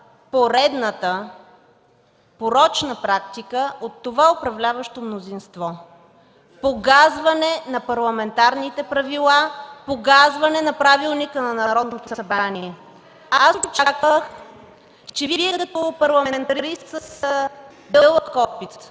поредната порочна практика от това управляващо мнозинство – погазване на парламентарните правила, погазване на Правилника на Народното събрание. Аз очаквах, че Вие, като парламентарист с дълъг опит,